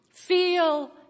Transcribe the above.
Feel